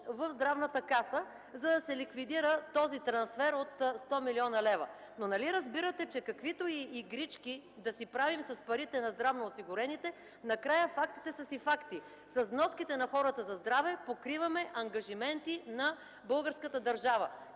в Здравната каса, за да се ликвидира този трансфер от 100 млн. лв. Но нали разбирате, че каквито и игрички да си правим с парите на здравноосигурените, накрая фактите са си факти. С вноските на хората за здраве покриваме ангажименти на българската държава.